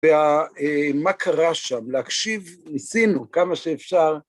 וה... מה קרה שם, להקשיב, ניסינו כמה שאפשר.